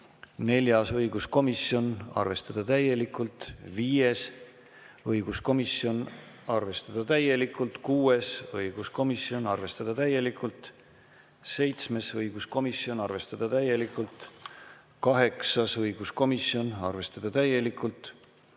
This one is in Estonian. Neljas: õiguskomisjon, arvestada täielikult. Viies: õiguskomisjon, arvestada täielikult. Kuues: õiguskomisjon, arvestada täielikult. Seitsmes: õiguskomisjon, arvestada täielikult. Kaheksas: õiguskomisjon, arvestada täielikult.